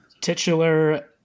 titular